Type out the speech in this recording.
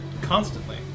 constantly